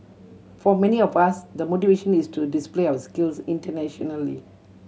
for many of us the motivation is to display our skills internationally